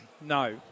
No